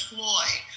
Floyd